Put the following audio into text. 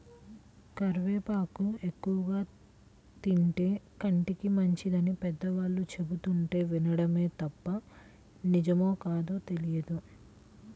కరివేపాకు ఎక్కువగా తింటే కంటికి మంచిదని పెద్దవాళ్ళు చెబుతుంటే వినడమే తప్ప నిజమో కాదో తెలియదు